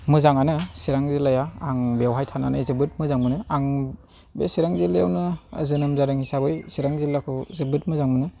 मोजाङानो चिरां जिल्लाया आं बेवहाय थानानै जोबोर मोजां मोनो आं बे चिरां जिल्लायावनो जोनोम जादों हिसाबै चिरां जिल्लाखौ जोबोद मोजां मोनो